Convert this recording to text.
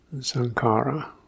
Sankara